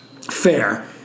Fair